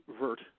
Vert